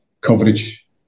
coverage